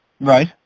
right